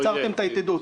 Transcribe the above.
שמתם את היתדות.